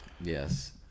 Yes